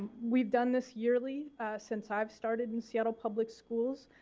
we've done this yearly since i started in seattle public schools.